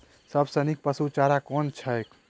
सबसँ नीक पशुचारा कुन छैक?